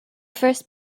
first